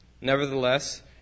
Nevertheless